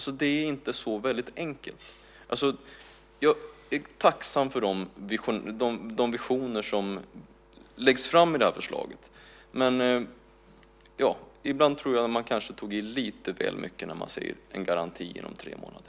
Så det är inte så väldigt enkelt. Jag är tacksam för de visioner som läggs fram i det här förslaget, men ibland tror jag att man tar i lite väl mycket när man talar om en garanti inom tre månader.